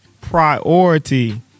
priority